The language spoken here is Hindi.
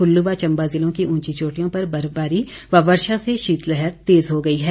कुल्लू व चंबा ज़िलों की ऊंची चोटियों पर बर्फबारी व वर्षा से शीतलहर तेज़ हो गई है